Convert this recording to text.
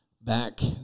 back